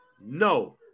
No